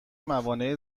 موانع